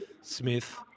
Smith